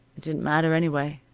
it didn't matter, anyway.